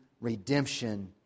redemption